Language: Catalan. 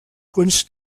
quants